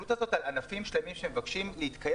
ההסתכלות הזו על ענפים שלמים שמבקשים להתקיים